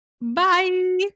Bye